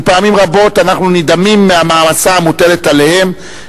ופעמים רבות אנחנו נדהמים מהמעמסה המוטלת עליהם.